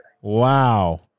wow